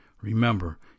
Remember